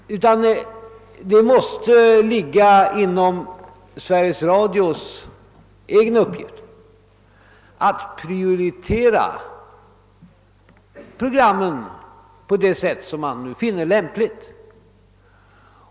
Det måste ligga inom ramen för Sveriges Radios egna uppgifter att prioritera programmen på det sätt som man finner lämpligt.